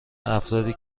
افرادی